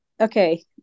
okay